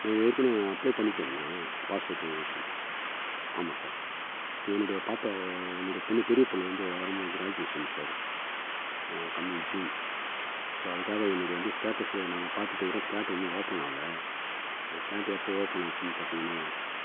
நான் இதை ஏற்கனவே அப்ளை பண்ணிகிட்டு இருந்தேன் பாஸ்போர்ட்டு விஷயம் ஆமாம் சார் இப்போ என்னுடைய பாப்பா என்னுடைய பொண்ணு பெரிய பொண்ணு வந்து வரும் போது graduation sir coming June so அதுக்காக என்னுடைய வந்து ஸ்டேட்டஸை நாங்கள் பார்த்துட்டு இருக்கிறோம் ஸ்லாட்டு ஒன்றும் ஓப்பன் ஆகல அந்த ஸ்லாட்டு எப்போது ஓப்பன் ஆச்சுன்னு பார்த்தீங்கன்னா